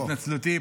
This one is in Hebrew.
התנצלותי,